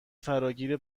فراگیر